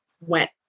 went